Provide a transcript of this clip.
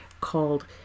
called